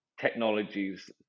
technologies